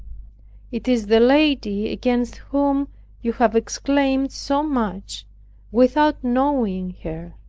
it is the lady against whom you have exclaimed so much without knowing her,